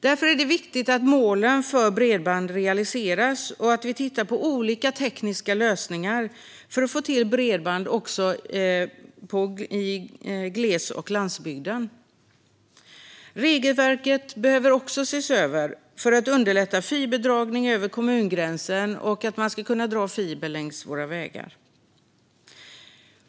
Därför är det viktigt att målen för bredband realiseras och att vi tittar på olika tekniska lösningar för att få till bredband också i gles och landsbygd. Regelverket behöver också ses över för att underlätta fiberdragning över kommungränser och längs våra vägar.